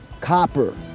copper